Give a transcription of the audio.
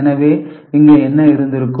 எனவே இங்கே என்ன இருந்திருக்கும்